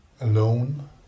alone